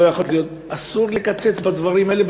לא יכולת להיות, אסור לקצץ בדברים האלה.